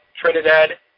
Trinidad